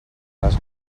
les